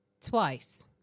twice